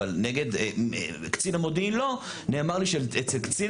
אבל נגד קצין המודיעין לא - נאמר לי שאצל קצין